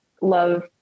love